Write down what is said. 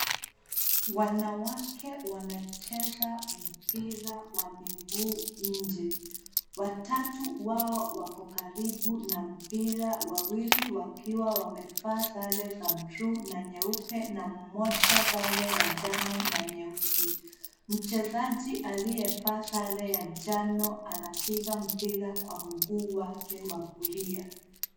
Wanawake wanacheza mpira wa miguu nje. Watatu wao wako karibu na mpira wawili wakiwa wamevaa sare za buluu na nyeupe na mmoja sare ya njano na nyeusi. Mchezaji aliyevaa sare ya njano anapiga mpira kwa mguu wake wa kulia.